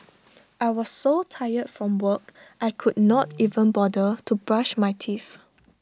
I was so tired from work I could not even bother to brush my teeth